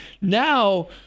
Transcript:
Now